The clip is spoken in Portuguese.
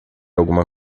alguma